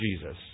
Jesus